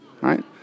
right